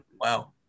Wow